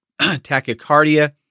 tachycardia